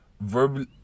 verbally